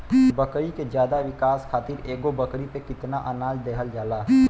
बकरी के ज्यादा विकास खातिर एगो बकरी पे कितना अनाज देहल जाला?